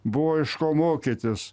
buvo iš ko mokytis